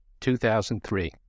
2003